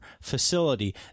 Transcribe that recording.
facility